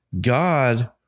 God